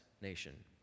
nation